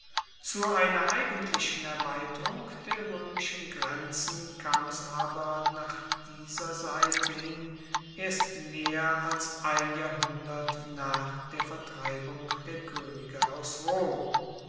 zu einer eigentlichen erweiterung der roemischen grenzen kam es aber nach dieser seite hin erst mehr als ein jahrhundert nach der vertreibung der koenige aus rom